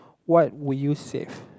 what would you save